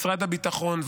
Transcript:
משרד הביטחון,